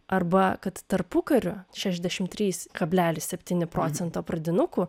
arba kad tarpukariu šešiasdešimt trys kablelis septyni procentai pradinukų